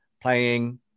playing